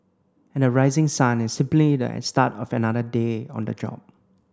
and the rising sun is simply the start of another day on the job